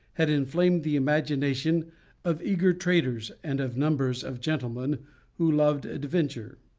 had inflamed the imagination of eager traders, and of numbers of gentlemen who loved adventure.